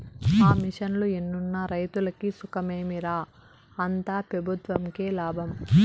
ఆ మిషన్లు ఎన్నున్న రైతులకి సుఖమేమి రా, అంతా పెబుత్వంకే లాభం